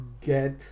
get